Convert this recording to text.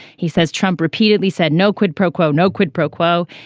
he says trump repeatedly said no quid pro quo no quid pro quo.